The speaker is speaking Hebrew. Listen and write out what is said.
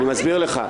אני אסביר לך.